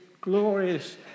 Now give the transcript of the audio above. glorious